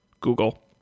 Google